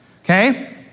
Okay